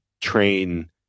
train